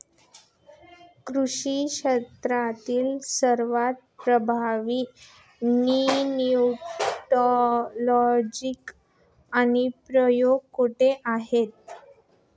कृषी क्षेत्रातील सर्वात प्रभावी नॅनोटेक्नॉलॉजीचे अनुप्रयोग कोणते आहेत?